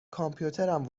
کامپیوترم